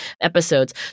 episodes